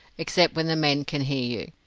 except when the men can hear you.